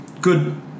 good